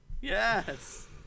Yes